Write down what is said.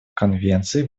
конвенции